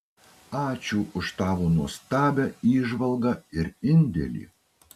ačiū už tavo nuostabią įžvalgą ir indėlį